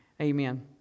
Amen